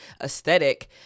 aesthetic